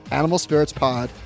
animalspiritspod